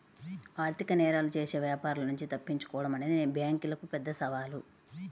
ఆర్థిక నేరాలు చేసే వ్యాపారుల నుంచి తప్పించుకోడం అనేది బ్యేంకులకు పెద్ద సవాలు